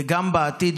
וגם בעתיד,